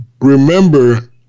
remember